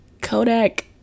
Kodak